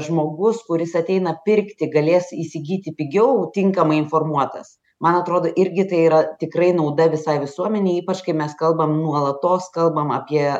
žmogus kuris ateina pirkti galės įsigyti pigiau tinkamai informuotas man atrodo irgi tai yra tikrai nauda visai visuomenei ypač kai mes kalbam nuolatos kalbam apie